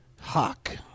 Hawk